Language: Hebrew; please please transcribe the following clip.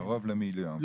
קרוב למיליון.